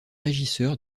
régisseur